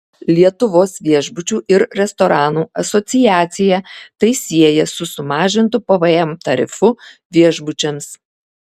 lietuvos viešbučių ir restoranų asociacija tai sieja su sumažintu pvm tarifu viešbučiams